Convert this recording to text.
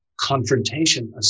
confrontation